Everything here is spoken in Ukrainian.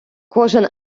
кожен